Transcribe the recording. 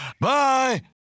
bye